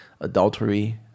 adultery